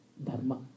dharma